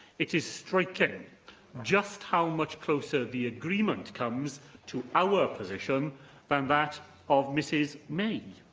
it is striking just how much closer the agreement comes to our position but and that of mrs may.